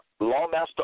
Lawmaster